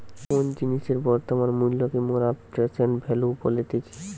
কোনো জিনিসের বর্তমান মূল্যকে মোরা প্রেসেন্ট ভ্যালু বলতেছি